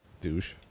douche